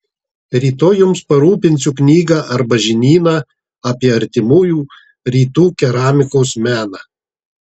rytoj jums parūpinsiu knygą arba žinyną apie artimųjų rytų keramikos meną